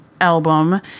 album